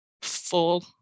full